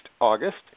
August